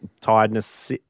tiredness